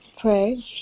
pray